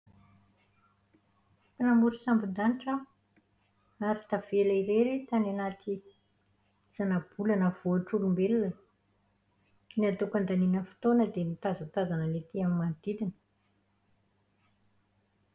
Mpanamory sambon-danitra aho ary tavela irery tany anaty zanabolana voatr'olombelona. Ny ataoko andaniana fotoana dia ny mitazatazana ny ety amin'ny manodidina.